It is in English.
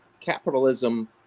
capitalism